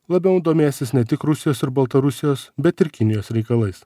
labiau domėsis ne tik rusijos ir baltarusijos bet ir kinijos reikalais